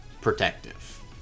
protective